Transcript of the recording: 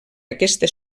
aquesta